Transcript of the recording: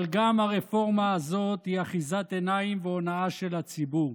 אבל גם הרפורמה הזאת היא אחיזת עיניים והונאה של הציבור.